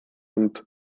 and